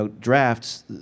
drafts